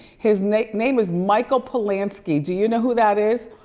his name name is michael polansky, do you know who that is?